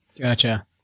Gotcha